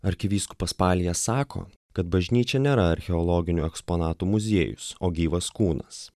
arkivyskupas palija sako kad bažnyčia nėra archeologinių eksponatų muziejus o gyvas kūnas